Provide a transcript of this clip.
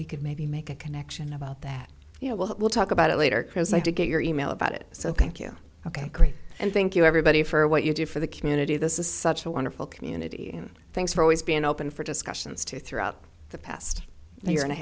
we could maybe make a connection about that you know well we'll talk about it later chris like to get your e mail about it so thank you ok great and thank you everybody for what you do for the community this is such a wonderful community and thanks for always being open for discussions to throughout the past year and a